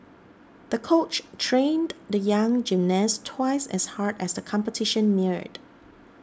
the coach trained the young gymnast twice as hard as the competition neared